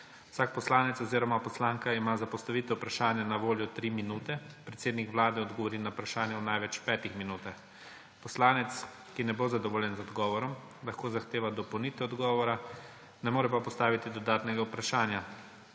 Vsak poslanec oziroma poslanka ima za postavitev vprašanja na voljo tri minute, predsednik Vlade odgovori na vprašanje v največ petih minutah. Poslanec, ki ne bo zadovoljen z odgovorom, lahko zahteva dopolnitev odgovora, ne more pa postaviti dodatnega vprašanja;